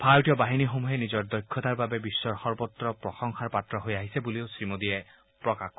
ভাৰতীয় বাহিনীসমূহে নিজৰ দক্ষতাৰ বাবে বিশ্বৰ সৰ্বত্ৰ প্ৰশংসাৰ পাত্ৰ হৈ আহিছে বুলিও শ্ৰীমোদীয়ে প্ৰকাশ কৰে